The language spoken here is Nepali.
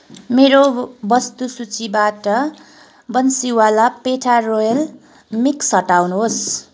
मेरो वस्तु सूचीबाट बन्सिवाला पेठा रोयल मिक्स हटाउनुहोस्